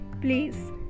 please